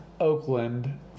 Oakland